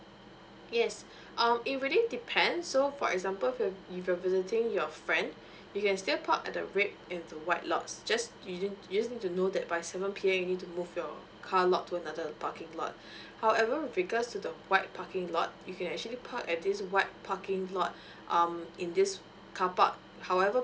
yes um it really depend so for example if you're if you're visiting your friend you can still park at the red and the white lots just you just you just need to know that by seven P_M you need to move your car lot to another parking lot however with regard to the white parking lot you can actually park at these white parking lot um in this car park however